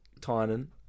tynan